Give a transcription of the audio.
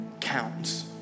counts